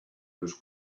was